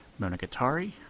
Monogatari